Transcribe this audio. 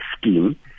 scheme